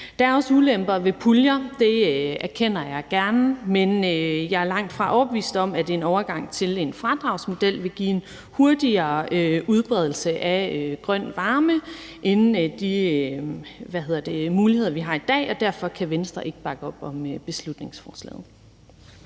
Der er også ulemper ved puljer – det erkender jeg gerne – men jeg er langtfra overbevist om, at en overgang til en fradragsmodel vil give en hurtigere udbredelse af grøn varme end de muligheder, vi har i dag. Derfor kan Venstre ikke bakke op om beslutningsforslaget.